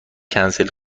کنسل